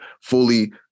fully